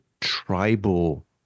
tribal